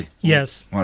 Yes